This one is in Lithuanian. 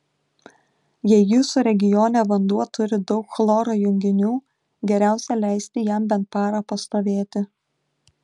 jei jūsų regione vanduo turi daug chloro junginių geriausia leisti jam bent parą pastovėti